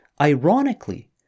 Ironically